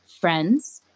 friends